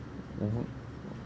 mmhmm